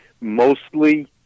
mostly